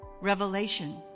Revelation